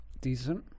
decent